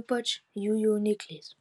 ypač jų jaunikliais